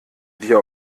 dir